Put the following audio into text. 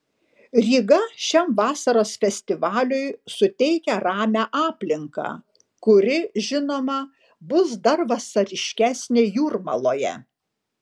ryga šiam vasaros festivaliui suteikia ramią aplinką kuri žinoma bus dar vasariškesnė jūrmaloje